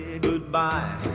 goodbye